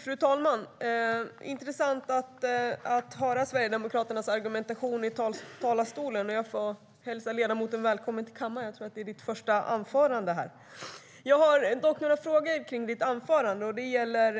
Fru talman! Det var intressant att höra Sverigedemokraternas argumentation i talarstolen. Jag får hälsa ledamoten välkommen till kammaren. Jag tror att det är hans första anförande här. Jag har dock några frågor kring anförandet. Det gäller